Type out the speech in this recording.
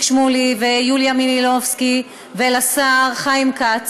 שמולי ויוליה מלינובסקי ולשר חיים כץ,